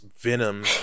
Venom